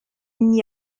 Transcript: n’y